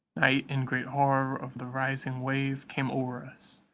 night and great horror of the rising wave came o'er us,